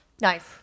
Nice